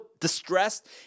distressed